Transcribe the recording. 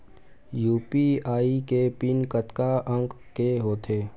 UPI के pin कतका अंक के होथे?